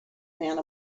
man